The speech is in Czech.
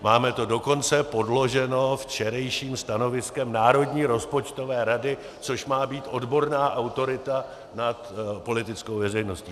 Máme to dokonce podložené včerejším stanoviskem Národní rozpočtové rady, což je odborná autorita nad politickou veřejností.